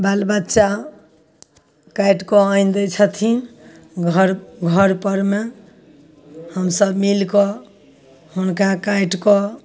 बाल बच्चा काटिकय आनि दै छथिन घर घरपर मे हमसब मिलकऽ हुनका काटिकऽ